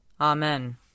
Amen